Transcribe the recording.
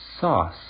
Sauce